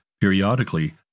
periodically